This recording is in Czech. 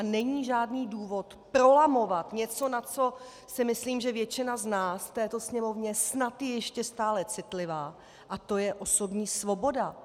Není žádný důvod prolamovat něco, na co si myslím, že většina z nás v této Sněmovně snad je ještě stále citlivá, a to je osobní svoboda.